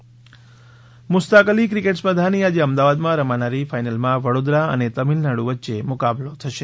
Mushtaq Ali Mushtaq Ali cricket સ્પર્ધાની આજે અમદાવાદમાં રમાનારી ફાઈનલમાં વડોદરા અને તમિળનાડુ વચ્ચે મુકાબલો થશે